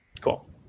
Cool